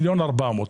1.4 מיליון.